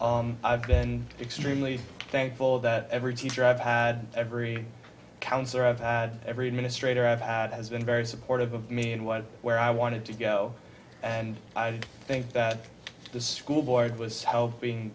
i've been extremely thankful that every teacher i've had every counselor i've had every administrator i've had has been very supportive of me and what where i wanted to go and i think that the school board was helping